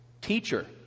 Teacher